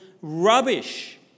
rubbish